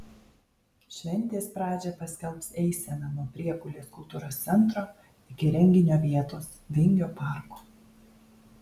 šventės pradžią paskelbs eisena nuo priekulės kultūros centro iki renginio vietos vingio parko